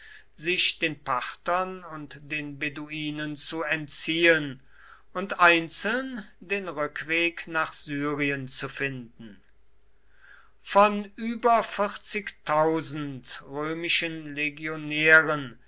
sich den parthern und den beduinen zu entziehen und einzeln den rückweg nach syrien zu finden von über römischen legionären